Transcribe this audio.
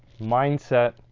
Mindset